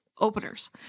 openers